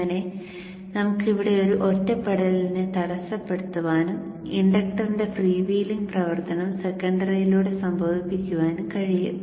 അങ്ങനെ നമുക്ക് ഇവിടെ ഒരു ഒറ്റപ്പെടലിനെ തടസ്സപ്പെടുത്താനും ഇൻഡക്ടറിന്റെ ഫ്രീ വീലിംഗ് പ്രവർത്തനം സെക്കൻഡറിയിലൂടെ സംഭവിപ്പിക്കാനും കഴിയും